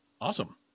Awesome